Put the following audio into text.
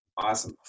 Awesome